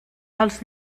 als